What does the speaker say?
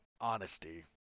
honesty